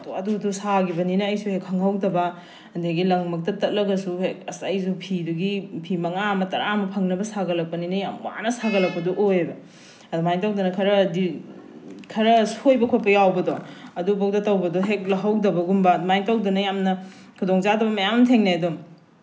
ꯍꯥꯊꯨ ꯍꯥꯊꯨ ꯍꯥꯊꯨ ꯁꯥꯈꯤꯕꯅꯤꯅ ꯑꯩꯁꯨ ꯍꯦꯛ ꯈꯪꯍꯧꯗꯕ ꯑꯗꯒꯤ ꯂꯪ ꯃꯛꯇ ꯇꯠꯂꯒꯁꯨ ꯍꯦꯛ ꯑꯁ ꯑꯩꯁꯨ ꯐꯤꯗꯨꯒꯤ ꯐꯤ ꯃꯉꯥ ꯑꯃ ꯇꯔꯥ ꯑꯃ ꯐꯪꯅꯕ ꯁꯥꯒꯠꯂꯛꯄꯅꯤꯅ ꯌꯥꯝ ꯋꯥꯅ ꯁꯥꯒꯠꯂꯛꯄꯗꯣ ꯑꯣꯏꯑꯦꯕ ꯑꯗꯨꯃꯥꯏꯅ ꯇꯧꯗꯅ ꯈꯔꯗꯤ ꯈꯔ ꯁꯣꯏꯕ ꯈꯣꯠꯄ ꯌꯥꯎꯕꯗꯣ ꯑꯗꯨꯐꯥꯎꯗ ꯇꯧꯕꯗꯣ ꯍꯦꯛ ꯂꯧꯍꯧꯗꯕꯒꯨꯝꯕ ꯑꯗꯨꯃꯥꯏꯅ ꯇꯧꯗꯅ ꯌꯥꯝꯅ ꯈꯨꯗꯣꯡꯆꯥꯗꯕ ꯃꯌꯥꯝ ꯑꯃ ꯊꯦꯡꯅꯩ ꯑꯗꯨꯝ